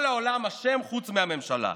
כל העולם אשם חוץ מהממשלה.